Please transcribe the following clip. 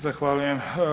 Zahvaljujem.